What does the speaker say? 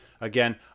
again